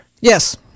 Yes